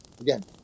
Again